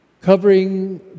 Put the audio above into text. covering